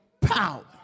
power